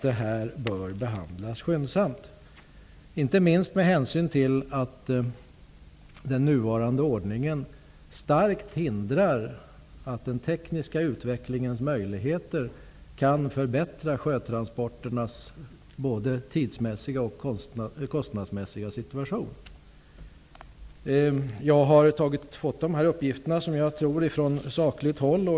Detta bör behandlas skyndsamt, inte minst med hänsyn till att den nuvarande ordningen starkt hindrar den tekniska utvecklingens möjligheter att förbättra sjötransporternas såväl tidsmässiga som kostnadsmässiga situation. Jag har fått dessa uppgifter från, som jag tror, sakligt håll.